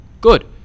Good